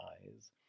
eyes